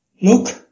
Look